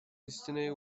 destiny